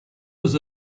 was